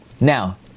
Now